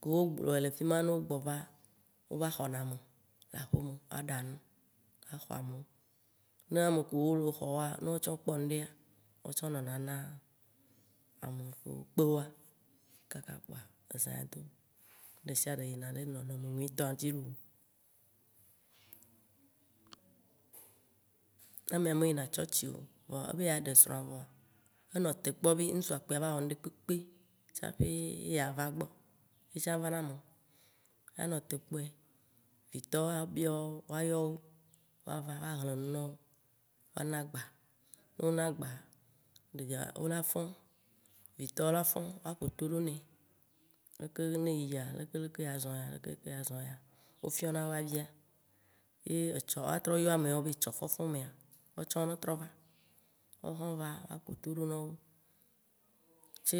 Ke wo gblɔɛ le fima ne wo gbɔ va, wo va xɔ na ame le aƒeme woa ɖa nu axɔ wo. Ne amekewo wo le xɔ woa, ne wo tsã kpɔ ŋɖea, wo tsɔ nɔna na amekewo kpewoa kaka kpoa ezã ya do, ɖesiaɖe yina ɖe nɔnɔme nyuitɔa tinu Ne amea me yina tsɔtsi o vɔ ebe ye aire srɔ̃a, anɔ te kpɔ be ŋtsua kpoe ava wɔ ŋɖekpekpe tsaƒe yeava egbɔ. Ye tsã vana me anɔ te kpɔe, vitɔwo abiɔ wo ayɔ wo, woava woaxle nu na woa na gba. Ne wo na gba, ɖevia, vitɔwo afɔ aƒo toɖo nɛ, ne yia, leke leke ya zɔe ya, leke leke ya zɔe ya, wo fiana woa via. Ye etsɔ ye woatrɔ yɔ ameawo be etsɔ fɔfɔ̃mea, woawo tsã wo ne trɔ va, ne woawo hã wova, woaƒoto ɖo nɔwo, ce